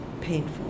painful